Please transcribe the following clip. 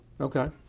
Okay